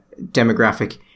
demographic